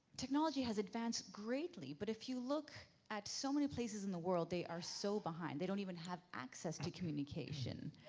technology has advanced greatly, but if you look at so many places in the world, they are so behind. they don't even have access to communication.